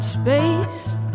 Space